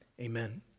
Amen